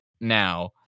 now